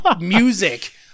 music